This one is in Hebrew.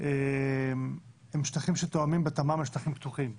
הם שטחים שתואמים בתמ"מ לשטחים פתוחים.